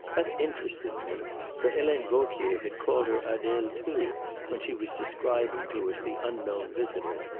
that interested me, for helene vauquier had called her adele too when she was describing to us the unknown visitor.